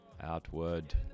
Outward